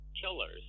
killers